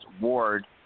Ward